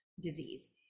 disease